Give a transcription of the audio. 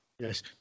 Yes